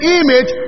image